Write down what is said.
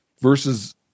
versus